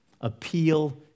Appeal